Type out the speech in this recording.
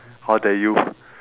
how dare you